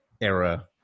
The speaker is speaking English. era